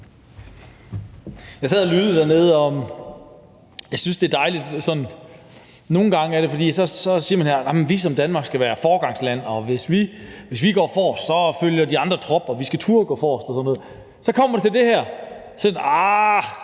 Jeg sad og lyttede dernede. Jeg synes, det er dejligt, at man nogle gange siger, at vi som Danmark skal være foregangsland, og at hvis vi går forrest, følger de andre trop, og vi skal turde gå forrest og sådan noget. Så kommer det til det her, og så er det sådan: Arh,